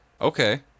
Okay